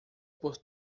por